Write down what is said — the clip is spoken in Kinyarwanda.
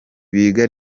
biga